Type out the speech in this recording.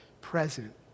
present